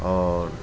आओर